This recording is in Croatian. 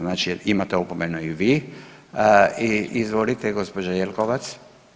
Znači imate opomenu i vi i izvolite gospođa Jelkovac.